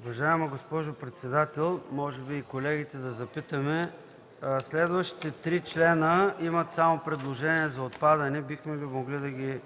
Уважаема госпожо председател, може би да запитаме и колегите, следващите три члена имат само предложения за отпадане, бихме ли могли да ги